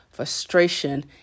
frustration